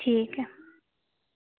ठीक ऐ